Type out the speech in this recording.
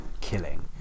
killing